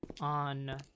on